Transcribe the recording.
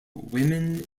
women